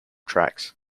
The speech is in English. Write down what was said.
tracks